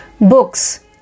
books